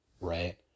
right